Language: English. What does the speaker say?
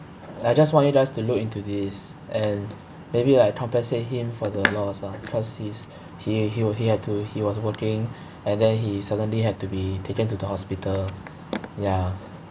I just want you guys to look into this and maybe like compensate him for the loss lah cause he's he he would he had to he was working and then he suddenly had to be taken to the hospital ya